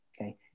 Okay